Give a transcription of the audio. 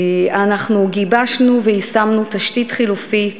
גיבשנו ויישמנו תשתית חלופית